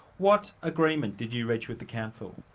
what agreement did you reach with the council?